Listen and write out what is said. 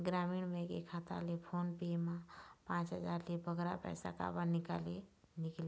ग्रामीण बैंक के खाता ले फोन पे मा पांच हजार ले बगरा पैसा काबर निकाले निकले?